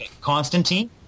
Constantine